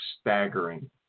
staggering